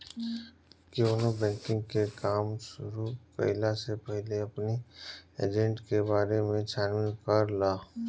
केवनो बैंकिंग के काम शुरू कईला से पहिले अपनी एजेंट के बारे में छानबीन कर लअ